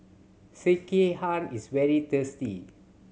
sekihan is very tasty